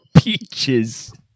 peaches